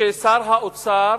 ששר האוצר